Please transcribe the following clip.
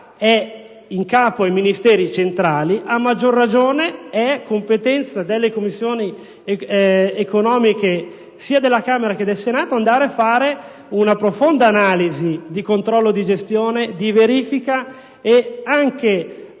è in capo ai Ministeri centrali, a maggior ragione è competenza delle Commissioni economiche, sia della Camera che del Senato, operare un profondo controllo di gestione, di verifica e anche,